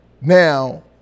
now